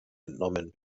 entnommen